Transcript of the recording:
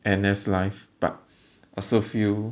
N_S life but also feel